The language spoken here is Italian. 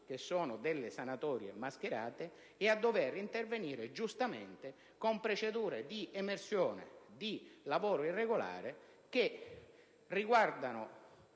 che sono delle sanatorie mascherate, e a dover intervenire, giustamente, con procedure di emersione di lavoro irregolare che riguardano